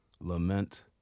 Lament